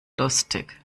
lustig